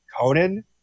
Conan